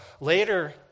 Later